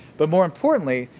but more importantly,